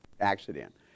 accident